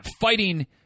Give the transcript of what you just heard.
fighting